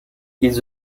ils